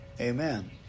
Amen